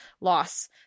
loss